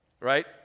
right